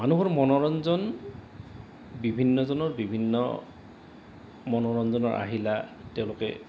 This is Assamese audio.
মানুহৰ মনোৰঞ্জন বিভিন্নজনৰ বিভিন্ন মনোৰঞ্জনৰ আহিলা তেওঁলোকে